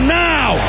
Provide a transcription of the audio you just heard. now